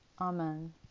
Amen